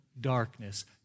darkness